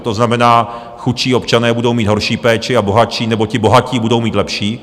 To znamená, chudší občané budou mít horší péči a bohatší nebo ti bohatí budou mít lepší.